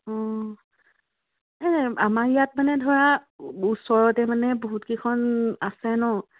অঁ এই আমাৰ ইয়াত মানে ধৰা ওচৰতে মানে বহুতকেইখন আছে ন